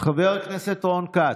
חבר הכנסת רון כץ,